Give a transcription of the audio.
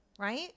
right